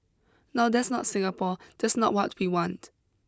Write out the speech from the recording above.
now that's not Singapore that's not what we want